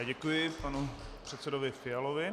Děkuji panu předsedovi Fialovi.